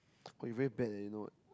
god you very bad leh you know a not